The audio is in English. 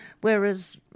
Whereas